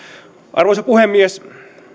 arvoisa puhemies